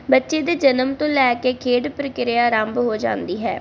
ਬੱਚੇ ਦੇ ਜਨਮ ਤੋਂ ਲੈ ਕੇ ਖੇਡ ਪ੍ਰਕਿਰਿਆ ਆਰੰਭ ਹੋ ਜਾਂਦੀ ਹੈ